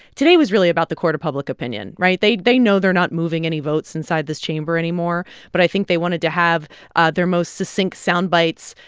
today was really about the court of public opinion, right? they they know they're not moving any votes inside this chamber anymore. but i think they wanted to have ah their most succinct soundbites,